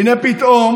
הינה פתאום